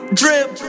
drip